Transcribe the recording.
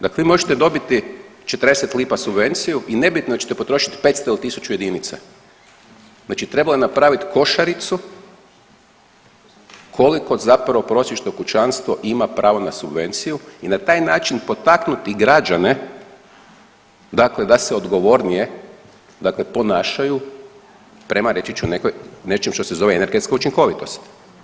Dakle vi možete dobiti 40 lipa subvenciju i nebitno je hoćete potrošiti 500 ili 1000 jedinica, znači trebalo je napraviti košaricu koliko zapravo prosječno kućanstvo ima pravo na subvenciju i na taj način potaknuti građane dakle da se odgovornije dakle ponašaju prema, reći ću nekoj, nečemu što se zove energetska učinkovitost.